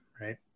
right